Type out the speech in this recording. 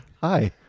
hi